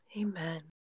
Amen